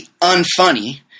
unfunny